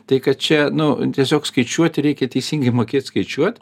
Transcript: tai kad čia nu tiesiog skaičiuoti reikia teisingai mokėt skaičiuot